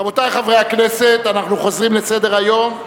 רבותי חברי הכנסת, אנחנו חוזרים לסדר-היום,